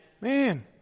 Man